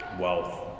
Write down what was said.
wealth